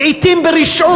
לעתים ברשעות,